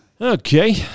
Okay